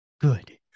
good